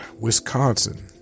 Wisconsin